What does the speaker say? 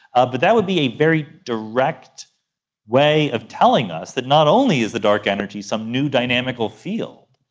ah but that would be a very direct way of telling us that not only is the dark energy some new dynamical field,